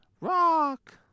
Rock